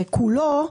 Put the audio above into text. כולו.